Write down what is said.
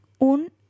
Un